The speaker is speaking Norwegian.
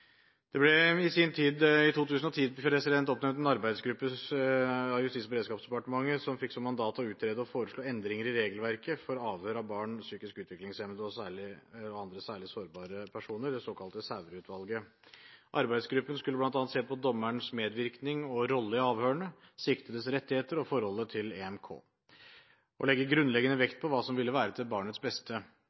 Det ble i sin tid i 2010 oppnevnt en arbeidsgruppe av Justis- og beredskapsdepartementet som fikk som mandat å utrede og foreslå endringer i regelverket for avhør av barn, psykisk utviklingshemmede og andre særlig sårbare personer, det såkalte Sæverud-utvalget. Arbeidsgruppen skulle bl.a. se på dommerens medvirkning og rolle i avhørene, siktedes rettigheter og forholdet til EMK, og legge grunnleggende vekt på hva som ville være til barnets beste